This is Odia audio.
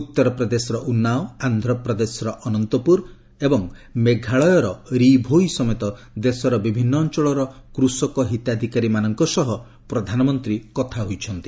ଉତ୍ତରପ୍ରଦେଶର ଉନାଓ ଆନ୍ଧ୍ରପ୍ରଦେଶର ଅନନ୍ତପୁର ଏବଂ ମେଘାଳୟର ରି ଭୋଇ ସମେତ ଦେଶର ବିଭିନ୍ନ ଅଞ୍ଚଳର କୃଷକ ହିତାଧିକାରୀମାନଙ୍କ ସହ ଆଲୋଚନା କରିଛନ୍ତି